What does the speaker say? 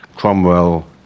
Cromwell